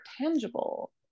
tangible